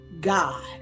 God